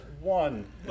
one